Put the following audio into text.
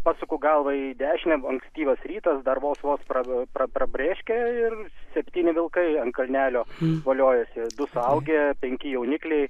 pasuku galvą į dešinę buvo ankstyvas rytas dar vos vos pra prabarbrėškę ir septyni vilkai ant kalnelio voliojosi du suaugę penki jaunikliai